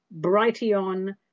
Brighteon